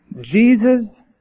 Jesus